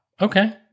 Okay